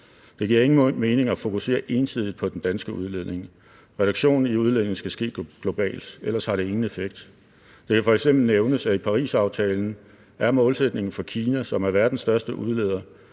Det giver ingen mening at fokusere entydigt på den danske udledning. Reduktion i udledning skal ske globalt, ellers har det ingen effekt. Det kan f.eks. nævnes, at i Parisaftalen er målsætningen for Kina, som er verdens største udleder,